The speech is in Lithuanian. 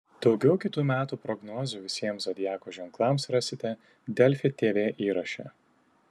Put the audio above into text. daugiau kitų metų prognozių visiems zodiako ženklams rasite delfi tv įraše